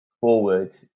forward